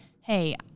hey